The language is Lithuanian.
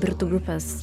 britų grupės